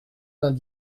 vingt